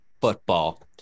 football